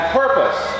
purpose